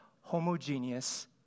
homogeneous